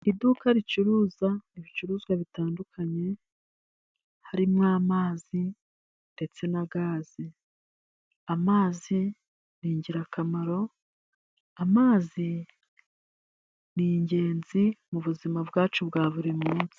Iduka ricuruza ibicuruzwa bitandukanye harimo amazi ndetse na gaze. amazi ni ingirakamaro, amazi ni ingenzi mubuzima bwacu bwa buri munsi.